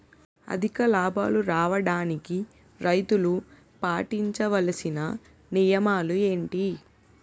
అధిక లాభాలు రావడానికి రైతులు పాటించవలిసిన నియమాలు ఏంటి